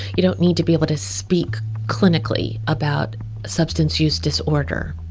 you don't need to be able to speak clinically about a substance use disorder.